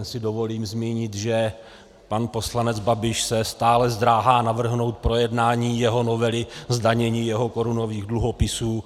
Jen si dovolím zmínit, že pan poslanec Babiš se stále zdráhá navrhnout projednání jeho novely zdanění jeho korunových dluhopisů.